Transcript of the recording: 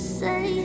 say